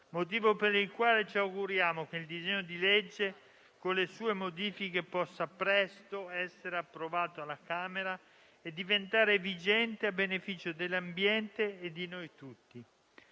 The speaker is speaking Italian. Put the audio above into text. motivo per il quale ci auguriamo che il disegno di legge, con le sue modifiche, possa presto essere approvato alla Camera e diventare vigente a beneficio dell'ambiente e di noi tutti.